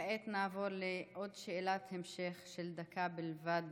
כעת נעבור לעוד שאלת המשך של דקה בלבד,